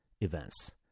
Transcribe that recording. events